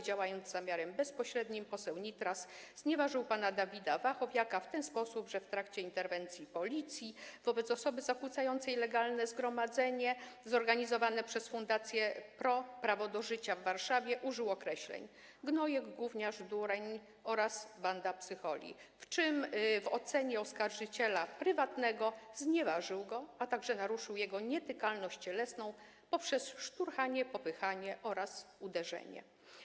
Działając z zamiarem bezpośrednim, poseł Nitras znieważył pana Dawida Wachowiaka w ten sposób, że w trakcie interwencji policji wobec osoby zakłócającej legalne zgromadzenie zorganizowane przez Fundację Pro - Prawo do Życia w Warszawie użył określeń: gnojek, gówniarz, dureń oraz banda psycholi, czym w ocenie oskarżyciela prywatnego znieważył go, a także naruszył jego nietykalność cielesną poprzez szturchanie, popychanie oraz uderzenie.